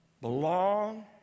belong